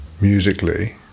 musically